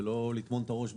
לא לטמון את הראש,